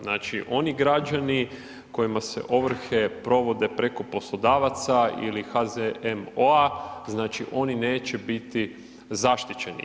Znači, oni građani kojima se ovrhe provode preko poslodavaca ili HZMO-a znači oni neće biti zaštićeni.